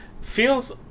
Feels